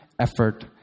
effort